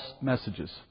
messages